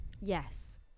Yes